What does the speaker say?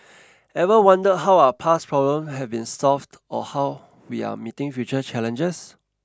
ever wondered how our past problems have been solved or how we are meeting future challenges